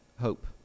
hope